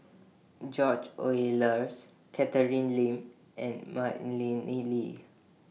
George Oehlers Catherine Lim and Madeleine Lee